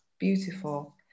Beautiful